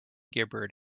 gibbered